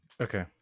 Okay